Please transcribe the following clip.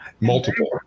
multiple